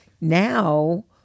now